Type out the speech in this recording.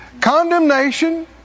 condemnation